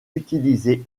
utilisée